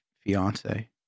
Fiance